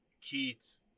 Keith